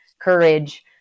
courage